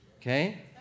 Okay